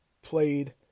played